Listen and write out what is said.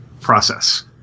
process